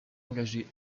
engagé